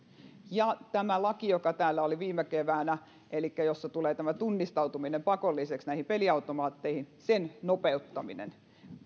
ja lain joka täällä oli viime keväänä elikkä jossa tulee tunnistautuminen pakolliseksi peliautomaatteihin nopeuttaminen